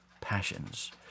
passions